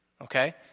okay